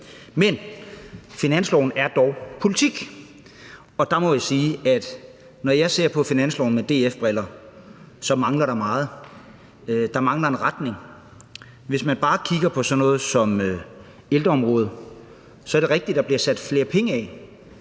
Men finansloven er dog politik, og der må jeg sige, at når jeg ser på finansloven med DF-briller, så mangler der meget. Der mangler en retning. Hvis man bare kigger på sådan noget som ældreområdet, så er det rigtigt, at der er sat flere penge af,